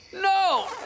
No